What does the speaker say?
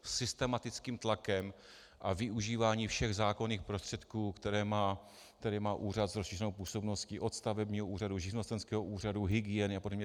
Systematickým tlakem a využíváním všech zákonných prostředků, které má úřad s rozšířenou působností od stavebního úřadu, živnostenského úřadu, hygieny a podobně.